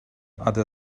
other